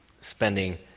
spending